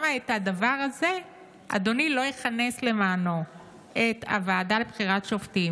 אם רוב התקנים שלא מאוישים נמצאים בערכאות הנמוכות,